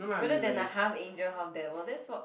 rather than a half angel half devil that's what